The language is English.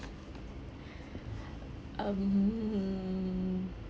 um